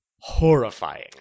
horrifying